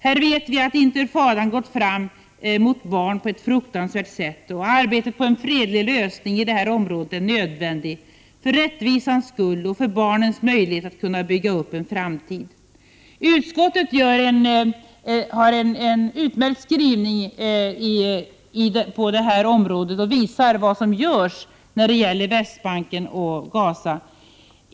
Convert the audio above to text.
Här vet vi att intifadan har gått fram mot barn på ett fruktansvärt sätt, och arbetet för en fredlig lösning i detta område är nödvändig för rättvisans skull och för barnens möjligheter att bygga upp en framtid. Utskottet har en utmärkt skrivning på denna punkt och visar vad som görs när det gäller Västbanken och Gaza.